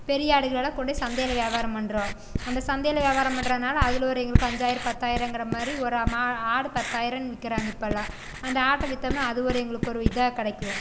பெரிய ஆடுகளையெல்லாம் கொண்டு போய் சந்தையில் வியாபாரம் பண்ணுறோம் அந்த சந்தையில் வியாபாரம் பண்ணுறதுனால அதில் ஒரு எங்களுக்கு அஞ்சாயிரம் பத்தாயிரங்கிற மாதிரி ஒரு ஆடு பத்தாயிரன்னு விற்கிறாங்க இப்போலான் அந்த ஆட்டை விற்தோம்னா அது ஒரு எங்களுக்கு ஒரு இதாக கிடைக்கும்